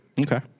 Okay